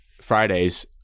fridays